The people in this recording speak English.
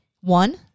One